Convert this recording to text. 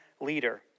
leader